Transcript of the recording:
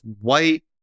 white